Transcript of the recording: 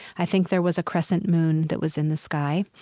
i think there was a crescent moon that was in the sky.